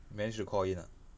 manage to call in ah